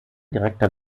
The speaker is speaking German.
direkter